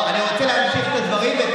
אני רוצה להמשיך את הדברים,